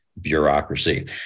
bureaucracy